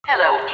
Hello